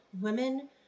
women